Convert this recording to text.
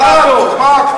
ברק, דוגמה.